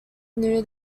knew